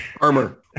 Armor